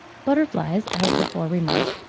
butterflies, as before remarked,